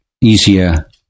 easier